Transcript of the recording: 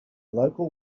local